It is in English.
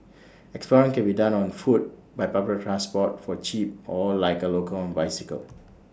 exploring can be done on foot by public transport for cheap or like A local on bicycle